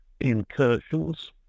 incursions